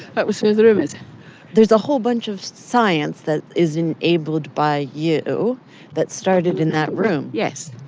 but was where the room is there's a whole bunch of science that is enabled by you that started in that room yes